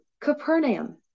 Capernaum